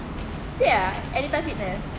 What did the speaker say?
still ah anytime fitness